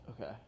Okay